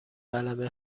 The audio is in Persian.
قلمه